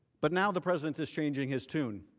but now the president is changing his tune.